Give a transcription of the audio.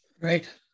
Right